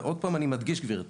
ועוד פעם אני מדגיש, גברתי,